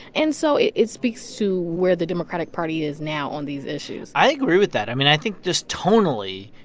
and so it it speaks to where the democratic party is now on these issues i agree with that. i mean, i think just tonally,